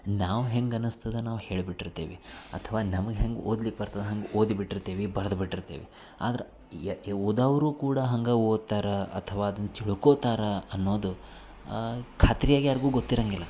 ನಾವು ಹೆಂಗೆ ಅನಸ್ತದೆ ನಾವು ಹೇಳಿಬಿಟ್ಟಿರ್ತೀವಿ ಅಥವಾ ನಮ್ಗೆ ಹೆಂಗೆ ಓದ್ಲಿಕ್ಕೆ ಬರ್ತದೆ ಹಂಗೆ ಓದಿಬಿಟ್ಟಿರ್ತೀವಿ ಬರೆದ್ಬಿಟ್ಟಿರ್ತೀವಿ ಆದ್ರೆ ಓದೋವ್ರು ಕೂಡ ಹಂಗೆ ಓದ್ತಾರೆ ಅಥವಾ ಅದನ್ನು ತಿಳ್ಕೋತಾರೆ ಅನ್ನೋದು ಖಾತ್ರಿಯಾಗಿ ಯಾರಿಗೂ ಗೊತ್ತಿರಂಗಿಲ್ಲ